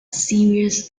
serious